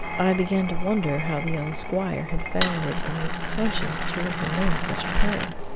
i began to wonder how the young squire had found it in his conscience to recommend such a pair.